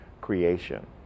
creation